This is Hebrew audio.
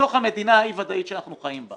בתוך המדינה האי-ודאית בה אנחנו חיים.